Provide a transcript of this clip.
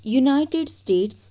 United States